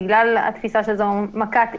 בגלל התפיסה שזו מכת עיר.